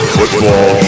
football